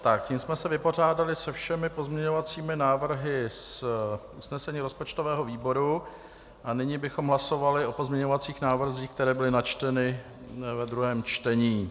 Tím jsme se vypořádali se všemi pozměňovacími návrhy z usnesení rozpočtového výboru a nyní bychom hlasovali o pozměňovacích návrzích, které byly načteny ve druhém čtení.